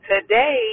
today